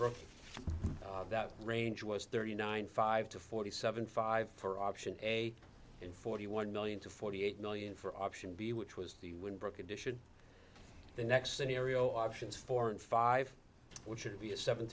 for that range was thirty nine five to forty seven five for option a and forty one million to forty eight million for option b which was the win book edition the next scenario options four and five which would be a seven